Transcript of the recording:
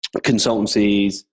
consultancies